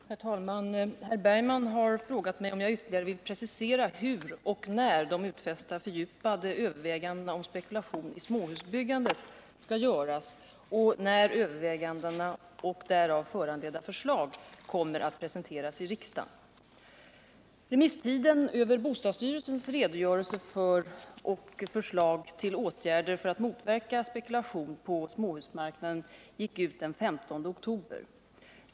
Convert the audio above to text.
Herr talman! Per Bergman har frågat mig om jag ytterligare vill precisera hur och när de utfästa fördjupade övervägandena om spekulation i småhusbyggandet skall göras och när övervägandena och därav föranledda förslag kommer att presenteras för riksdagen. Remisstiden för bostadsstyrelsens redogörelse för och förslag till åtgärder för att motverka spekulation på småhusmarknaden gick ut den 15 oktober.